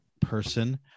person